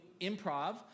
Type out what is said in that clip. improv